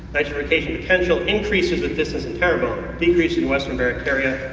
nitrification potential increases if this is in terrebone, decreases in western barataria,